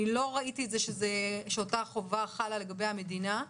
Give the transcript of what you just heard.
אני לא ראיתי שאותה החובה חלה גם לגבי המדינה.